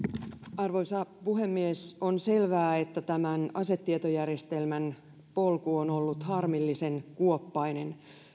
arvoisa puhemies on selvää että tämän asetietojärjestelmän polku on ollut harmillisen kuoppainen